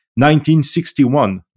1961